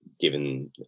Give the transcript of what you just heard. given